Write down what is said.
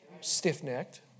stiff-necked